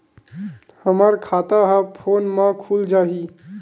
हमर खाता ह फोन मा खुल जाही?